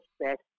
Best